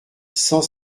cent